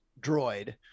droid